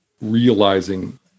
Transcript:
realizing